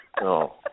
No